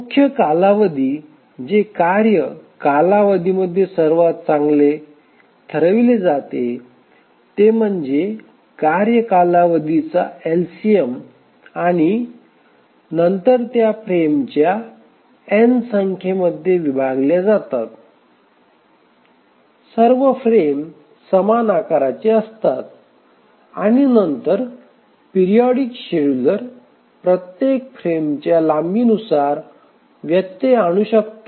मुख्य कालावधी जे कार्य कालावधीमध्ये सर्वात चांगले ठरविले जाते ते म्हणजे कार्य कालावधीचा एलसीएम आणि नंतर त्या फ्रेमच्या एन संख्येमध्ये विभागल्या जातात सर्व फ्रेम समान आकाराचे असतात आणि नंतर पिरिऑडिक शेड्यूलर प्रत्येक फ्रेमच्या लांबीनुसार व्यत्यय आणू शकतो